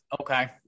Okay